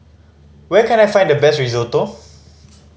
where can I find the best Risotto